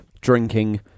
drinking